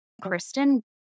Kristen